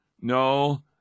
no